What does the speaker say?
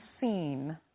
seen